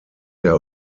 der